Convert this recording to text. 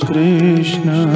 Krishna